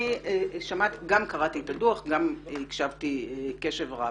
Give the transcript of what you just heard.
אני גם קראתי את הדוח וגם הקשבתי קשב רב.